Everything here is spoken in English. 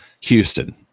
Houston